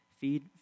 feed